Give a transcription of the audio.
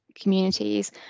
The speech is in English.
communities